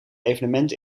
evenement